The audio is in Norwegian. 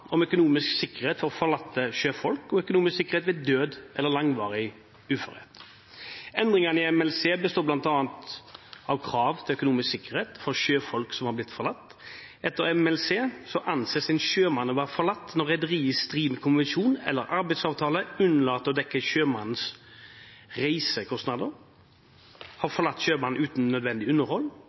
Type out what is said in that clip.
om økonomisk sikkerhet for forlatte sjøfolk og økonomisk sikkerhet ved død eller langvarig uførhet. Endringene i MLC består bl.a. av krav til økonomisk sikkerhet for sjøfolk som er blitt forlatt. Etter MLC anses en sjømann å være forlatt når rederiet i strid med konvensjonen eller arbeidsavtalen unnlater å dekke sjømannens reisekostnader, har forlatt sjømannen uten nødvendig underhold